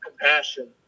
compassion